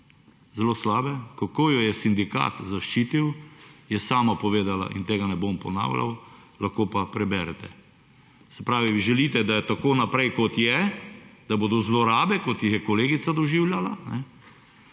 zelo slabe, kako jo je sindikat zaščitil je sama povedala in tega ne bom ponavljal, lahko pa preberete. Se pravi, želite, da je tako naprej kot je, da bodo zlorabe kot jih je kolegica doživljala.